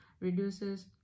reduces